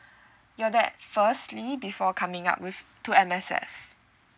your dad firstly before coming up with to M_S_F